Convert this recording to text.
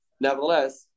nevertheless